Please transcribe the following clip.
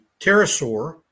pterosaur